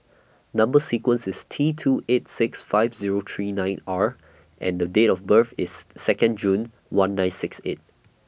Number sequence IS T two eight six five Zero three nine R and Date of birth IS Second June one nine six eight